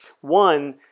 one